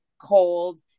cold